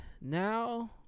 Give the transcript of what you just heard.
now